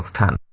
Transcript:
time